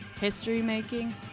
history-making